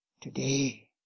Today